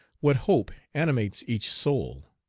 what hope animates each soul,